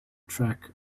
track